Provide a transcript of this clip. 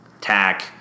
Tack—